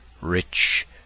rich